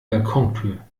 balkontür